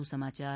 વધુ સમાયાર